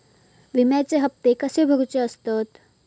विम्याचे हप्ते कसे भरुचे असतत?